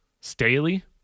Staley